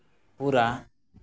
ᱯᱩᱨᱟᱹ